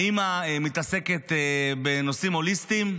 האימא מתעסקת בנושאים הוליסטיים,